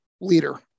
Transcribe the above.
leader